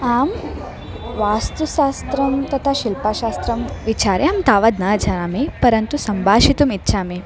आं वास्तुशास्त्रं तथा शिल्पशास्त्रं विचार्य अहं तावद् न जानामि परन्तु सम्भाषयितुम् इच्छामि